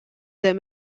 that